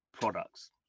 products